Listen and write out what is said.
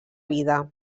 vida